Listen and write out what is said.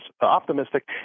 optimistic